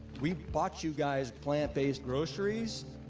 we bought you guys plant-based groceries.